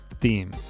theme